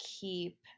keep